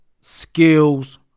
skills